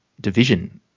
division